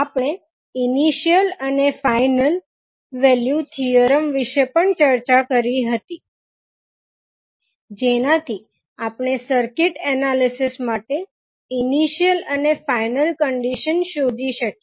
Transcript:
આપણે ઇનિશિયલ અને final value theorem વિશે પણ ચર્ચા કરી હતી જેનાથી આપણે સર્કિટ એનાલિસીસ માટે ઇનિશિયલ અને ફાઇનલ કંડીશન શોધી શકીએ